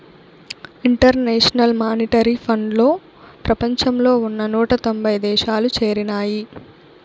international monetary ఫండ్లో ప్రపంచంలో ఉన్న నూట తొంభై దేశాలు చేరినాయి